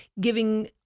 giving